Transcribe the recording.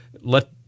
let